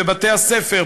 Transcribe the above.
בבתי-הספר,